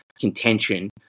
contention